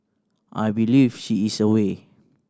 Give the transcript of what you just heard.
I believe she is away